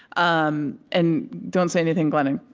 um and don't say anything, glennon,